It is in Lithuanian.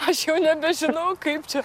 aš jau nebežinau kaip čia